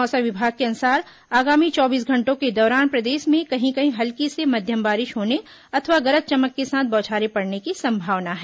मौसम विभाग के अनुसार आगामी चौबीस घंटों के दौरान प्रदेश में कहीं कहीं हल्की से मध्यम बारिश होने अथवा गरज चमक के साथ बौछारें पड़ने की संभावना है